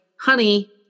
honey